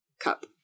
cup